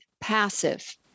passive